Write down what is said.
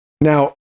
Now